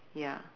ya